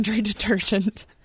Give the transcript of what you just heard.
detergent